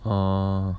oh